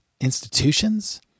institutions